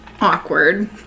Awkward